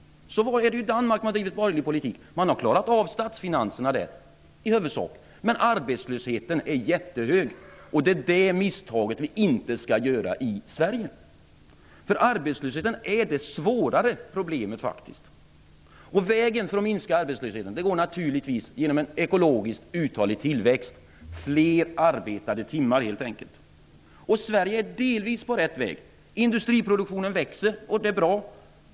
Så är det i Danmark där man har drivit borgerlig politik. Där har man i huvudsak klarat av statsfinanserna. Men arbetslösheten är jättehög. Det misstaget skall vi inte göra i Sverige. Arbetslösheten är faktiskt det svåraste problemet. Vägen för att minska arbetslösheten går naturligtvis genom en ekologiskt uthållig tillväxt. Det behövs fler arbetade timmar helt enkelt. Sverige är delvis på rätt väg. Industriproduktionen växer. Det är bra.